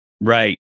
Right